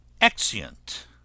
Exeunt